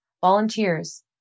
volunteers